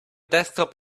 desktop